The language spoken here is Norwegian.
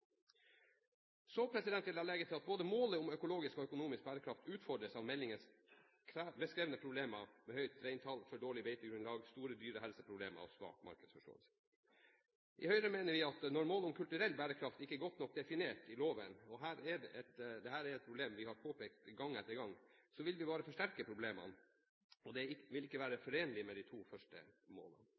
Så vil jeg legge til at målet om både økologisk og økonomisk bærekraft utfordres av meldingens beskrevne problemer med høyt reintall, for dårlig beitegrunnlag, store dyrehelseproblemer og svak markedsforståelse. I Høyre mener vi at når målet om kulturell bærekraft ikke er godt nok definert i loven – og dette er et problem vi har påpekt gang på gang – vil det bare forsterke problemene, og det vil ikke være forenlig med de to første målene.